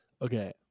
Okay